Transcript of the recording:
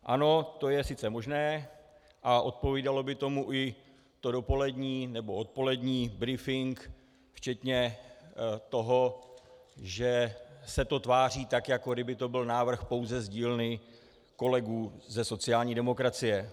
Ano, to je sice možné, a odpovídal by tomu i dopolední, nebo odpolední brífink včetně toho, že se to tváří tak, jako kdyby to byl návrh pouze z dílny kolegů ze sociální demokracie.